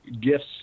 gifts